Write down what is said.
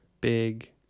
big